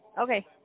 okay